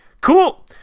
Cool